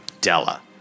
Della